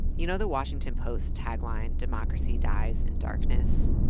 you know the washington post's tagline, democracy dies in darkness?